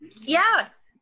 Yes